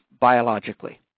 biologically